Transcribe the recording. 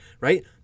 right